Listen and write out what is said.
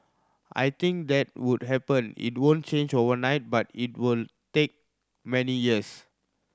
I think that would happen it won't change overnight but it would take many years